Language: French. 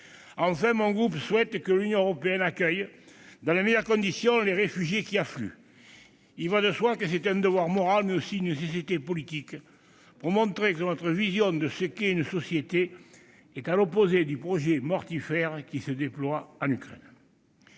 Enfin, mon groupe souhaite que l'Union européenne accueille dans les meilleures conditions les réfugiés qui affluent. Il va de soi que c'est un devoir moral, mais aussi une nécessité politique pour montrer que notre vision de ce qu'est une société est à l'opposé du projet mortifère qui se déploie en Ukraine.